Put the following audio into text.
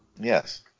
Yes